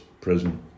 prison